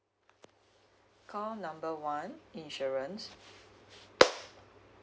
call number one insurance